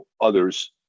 others